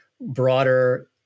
broader